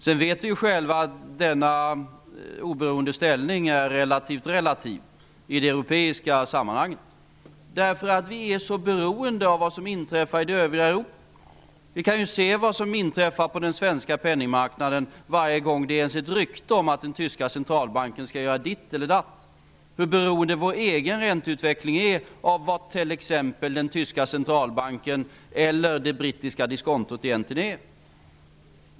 Sedan vet vi själva att denna oberoende ställning är relativt relativ i det europeiska sammanhanget, därför att vi är så beroende av vad som inträffar i det övriga Europa. Vi kan ju se vad som inträffar på den svenska penningmarknaden varje gång det uppstår ens ett rykte om att den tyska centralbanken skall göra ditt eller datt och hur beroende vår egen ränteutveckling är av vad t.ex. den tyska centralbankens eller Storbritanniens diskonto egentligen är.